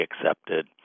accepted